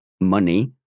money